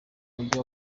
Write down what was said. mujyi